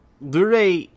Lure